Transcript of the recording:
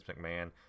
McMahon